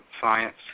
science